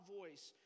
voice